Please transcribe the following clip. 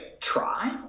try